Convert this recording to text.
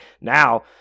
Now